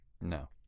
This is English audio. No